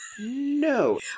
No